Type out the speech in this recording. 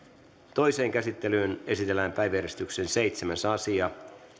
toiseen käsittelyyn esitellään päiväjärjestyksen seitsemäs asia